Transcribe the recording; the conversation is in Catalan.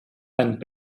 tant